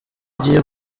ugiye